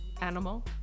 Animal